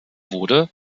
wurde